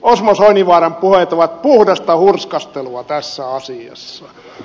osmo soininvaaran puheet ovat puhdasta hurskastelua tässä asiassa